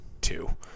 two